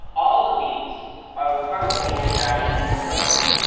all of these are part of the extraction infrastructure.